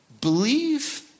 Believe